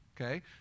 okay